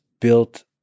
built